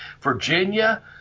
Virginia